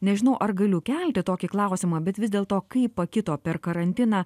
nežinau ar galiu kelti tokį klausimą bet vis dėl to kaip pakito per karantiną